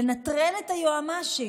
לנטרל את היועמ"שית.